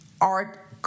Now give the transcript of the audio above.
art